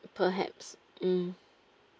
perhaps mm